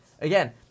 Again